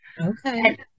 Okay